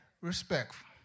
respectful